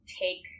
take